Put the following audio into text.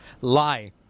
lie